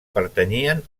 pertanyien